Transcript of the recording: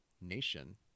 nation